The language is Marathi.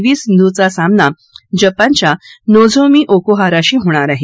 व्ही सिंधूचा सामना जपानच्या नोझोमी ओकुहाराशी होणार आहे